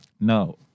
No